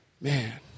man